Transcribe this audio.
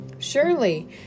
Surely